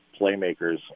playmakers